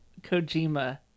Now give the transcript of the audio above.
Kojima